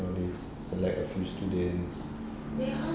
know they select a few students